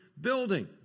building